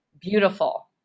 beautiful